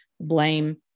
blame